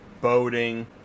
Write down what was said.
boating